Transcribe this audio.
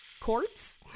quartz